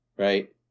Right